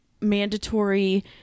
mandatory